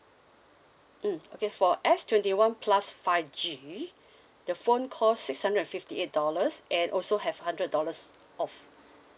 mm okay for S twenty one plus five G the phone cost six hundred and fifty eight dollars and also have hundred dollars off